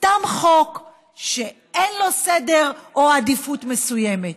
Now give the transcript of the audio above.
סתם חוק שאין לו סדר או עדיפות מסוימת.